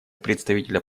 представителя